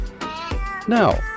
Now